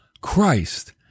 Christ